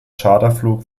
charterflug